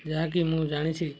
ଯାହାକି ମୁଁ ଜାଣିଛି